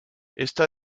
esta